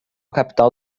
capital